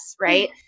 right